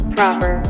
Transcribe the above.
Proper